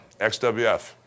XWF